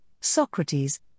Socrates